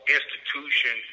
institution